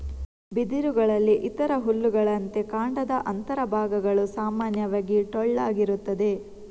ಬಿದಿರುಗಳಲ್ಲಿ ಇತರ ಹುಲ್ಲುಗಳಂತೆ ಕಾಂಡದ ಅಂತರ ಭಾಗಗಳು ಸಾಮಾನ್ಯವಾಗಿ ಟೊಳ್ಳಾಗಿರುತ್ತದೆ